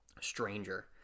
stranger